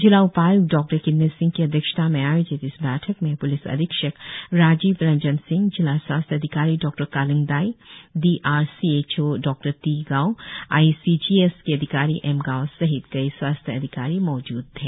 जिला उपाय्क्त डॉ किन्नी सिंह की अध्यक्षता में आयोजित इस बैठक में प्लिस अधीक्षक राजीव रंजन सिंह जिला स्वास्थ अधिकारी डॉकालिंग दाई D R C H O डॉटीगाव आई सी जी एस की अधिकारी एम गाव सहित कई स्वास्थ्य अधिकारी मौजूद थे